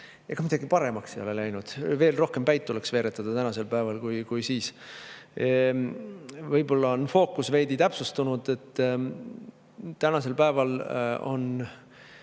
Ega midagi paremaks ei ole läinud, veel rohkem päid tuleks veeretada tänasel päeval kui siis. Võib-olla on fookus veidi täpsustunud. Tänasel päeval